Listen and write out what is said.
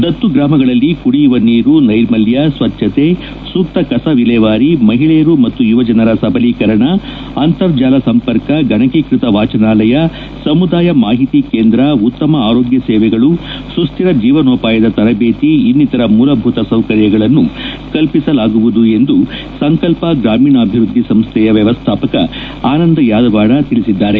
ದತ್ತು ಗ್ರಾಮಗಳಲ್ಲಿ ಕುಡಿಯುವ ನೀರು ನೈರ್ಮಲ್ಯ ಸ್ವಚ್ಛತೆ ಸೂಕ್ತ ಕಸ ವಿಲೇವಾರಿ ಮಹಿಳೆಯರ ಮತ್ತು ಯುವಜನರ ಸಬಲೀಕರಣ ಅಂತರ್ಜಾಲ ಸಂಪರ್ಕ ಗಣಕೀಕೃತ ವಾಚನಾಲಯ ಸಮುದಾಯ ಮಾಹಿತಿ ಕೇಂದ್ರ ಉತ್ತಮ ಆರೋಗ್ಯ ಸೇವೆಗಳು ಸುಟ್ಟರ ಜೀವನೋಪಾಯದ ತರಬೇತಿ ಇನ್ನಿತರ ಮೂಲಭೂತ ಸೌಕರ್ಯಗಳನ್ನು ಕಲ್ಪಿಸಲಾಗುವುದು ಎಂದು ಸಂಕಲ್ಪ ಗ್ರಾಮೀಣಾಭಿವೃದ್ದಿ ಸಂಸ್ವೆಯ ವ್ಯವಸ್ನಾಪಕ ಆನಂದ ಯಾದವಾಡ ತಿಳಿಸಿದ್ದಾರೆ